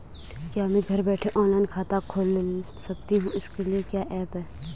क्या मैं घर बैठे ऑनलाइन खाता खोल सकती हूँ इसके लिए कोई ऐप है?